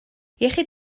iechyd